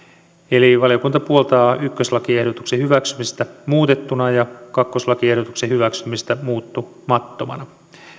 eli valiokunta puoltaa ykköslakiehdotuksen hyväksymistä muutettuna ja kakkoslakiehdotuksen hyväksymistä muuttamattomana